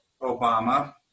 Obama